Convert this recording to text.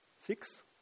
six